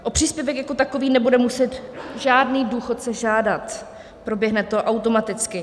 O příspěvek jako takový nebude muset žádný z důchodců žádat, proběhne to automaticky.